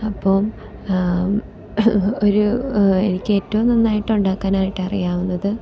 അപ്പോൾ ഒരു എനിക്ക് ഏറ്റവും നന്നായിട്ട് ഉണ്ടാക്കാനായിട്ട് അറിയാവുന്നത്